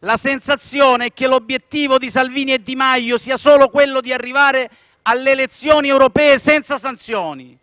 La sensazione è che l'obiettivo di Salvini e Di Maio sia solo quello di arrivare alle elezioni europee senza sanzioni,